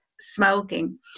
smoking